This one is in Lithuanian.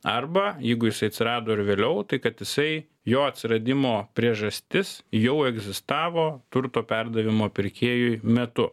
arba jeigu jis atsirado ir vėliau tai kad jisai jo atsiradimo priežastis jau egzistavo turto perdavimo pirkėjui metu